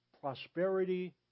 prosperity